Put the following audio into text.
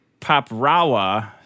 Paprawa